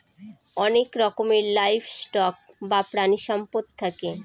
অনেক রকমের livestock বা প্রানীসম্পদ থাকে